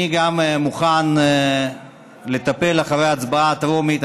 אני גם מוכן לטפל אחרי ההצבעה הטרומית.